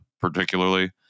particularly